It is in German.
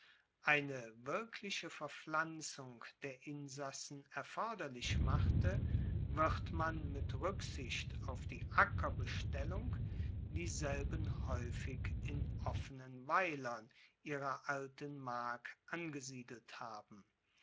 eine wirkliche verpflanzung der insassen erforderlich machte wird man mit ruecksicht auf die ackerbestellung dieselben haeufig in offenen weilern ihrer alten mark angesiedelt haben